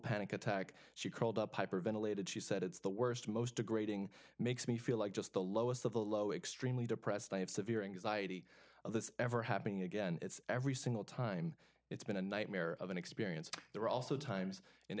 panic attack she called up hyperventilated she said it's the worst most degrading makes me feel like just the lowest of the low extremely depressed i have severe anxiety of this ever happening again every single time it's been a nightmare of an experience there are also times in